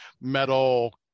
metal